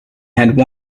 had